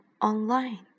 online